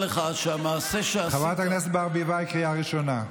חבר הכנסת קרעי, השר קרעי, אני